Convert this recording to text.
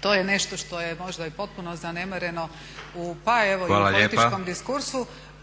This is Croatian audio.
To je nešto što je možda i potpuno zanemareno pa evo i u političkom diskursu.